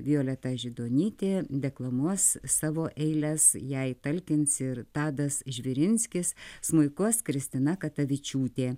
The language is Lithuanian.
violeta židonytė deklamuos savo eiles jai talkins ir tadas žvirinskis smuikuos kristina katavičiūtė